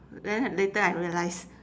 then later I realised